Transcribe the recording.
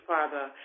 Father